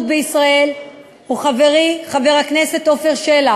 בישראל הוא חברי חבר הכנסת עפר שלח.